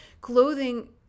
Clothing